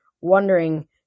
wondering